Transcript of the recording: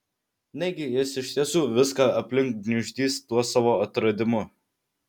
negi jis iš tiesų viską aplink gniuždys tuo savo atradimu